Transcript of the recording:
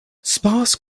sparse